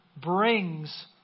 brings